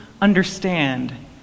understand